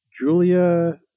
Julia